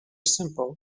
simple